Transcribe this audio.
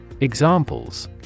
Examples